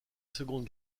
seconde